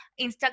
Instagram